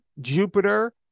Jupiter